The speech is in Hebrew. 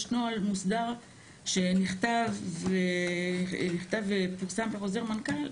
יש נוהל מוסדר שנכתב ופורסם בחוזר מנכ"ל.